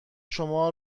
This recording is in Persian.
شما